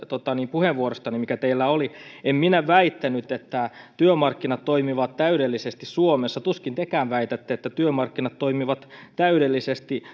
puheenvuorostanne mikä teillä oli en minä väittänyt että työmarkkinat toimivat täydellisesti suomessa tuskin tekään väitätte että työmarkkinat toimivat täydellisesti